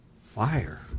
Fire